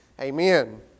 amen